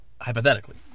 hypothetically